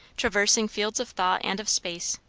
traversing fields of thought and of space,